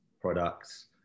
products